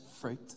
fruit